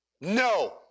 no